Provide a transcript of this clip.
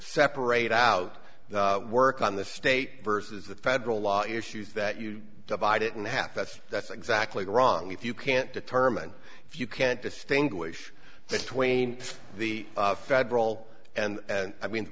separate out the work on the state versus the federal law issues that you divide it in half that's that's exactly the wrong if you can't determine if you can't distinguish between the federal and i mean